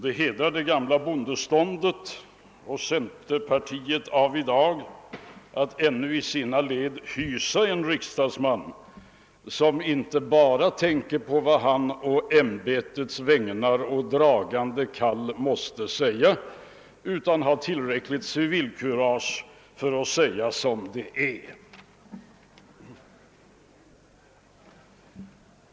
Det hedrar det gamla bondeståndet och centerpartiet av i dag att ännu i sina led hysa en riksdagsman som inte bara tänker på vad han å ämbetets vägnar och dragande kall måste säga utan har tillräckligt med civilkurage för att säga som det är.